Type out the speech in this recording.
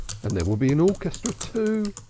and there will be an orchestra, too,